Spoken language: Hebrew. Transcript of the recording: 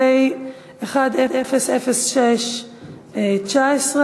2013, פ/1006/19,